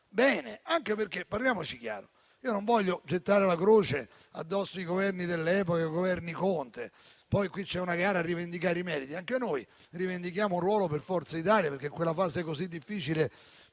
bene, anche perché, parliamoci chiaro: non voglio gettare la croce addosso ai Governi dell'epoca, i Governi Conte. Qui c'è una gara a rivendicare i meriti, ma anche noi rivendichiamo un ruolo per Forza Italia, in quella fase così difficile